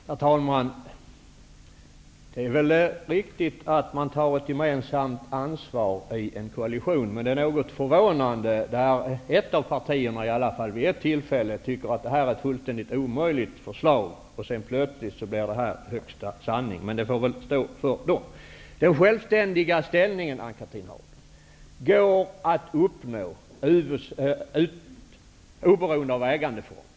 Herr talman! Det är väl riktigt att man tar ett gemensamt ansvar i en koalition, men det är något förvånande att ett av partierna i varje fall vid ett tillfälle tycker att ett förslag är fullständigt omöjligt och att det sedan blir högsta sanning. Men det får väl stå för det partiet. Haglund, kan uppnås oberoende av ägandeform.